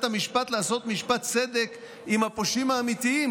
המשפט לעשות משפט צדק עם הפושעים האמיתיים,